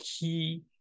key